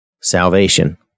salvation